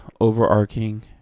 overarching